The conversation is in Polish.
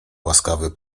łaskawy